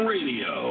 Radio